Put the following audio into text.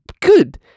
good